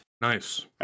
Nice